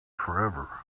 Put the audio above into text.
forever